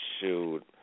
shoot